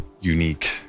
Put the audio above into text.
unique